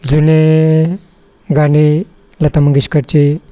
जुने गाणी लता मंगेशकरची